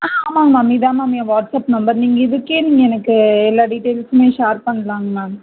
ஆ ஆமாங்க மேம் இதான் மேம் என் வாட்ஸ்அப் நம்பர் நீங்கள் இதுக்கே நீங்கள் எனக்கு எல்லா டீடெயில்ஸுமே ஷேர் பண்ணலாங்க மேம்